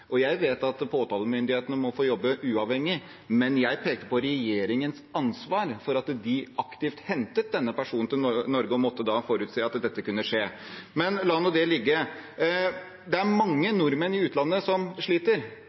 Jeg vet at påtalemyndigheten må få jobbe uavhengig, men jeg pekte på regjeringens ansvar for at de aktivt hentet denne personen til Norge og da måtte forutse at dette kunne skje. Men la det ligge. Det er mange nordmenn i utlandet som sliter.